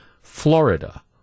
Florida